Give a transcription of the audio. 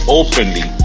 openly